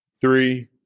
three